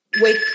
wake